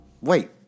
Wait